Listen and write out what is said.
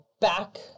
back